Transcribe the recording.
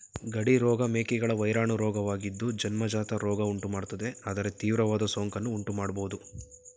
ಗಡಿ ರೋಗ ಮೇಕೆಗಳ ವೈರಾಣು ರೋಗವಾಗಿದ್ದು ಜನ್ಮಜಾತ ರೋಗ ಉಂಟುಮಾಡ್ತದೆ ಆದರೆ ತೀವ್ರವಾದ ಸೋಂಕನ್ನು ಉಂಟುಮಾಡ್ಬೋದು